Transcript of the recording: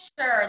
sure